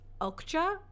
Okja